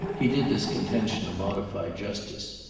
he did this contention a modified justice.